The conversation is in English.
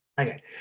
okay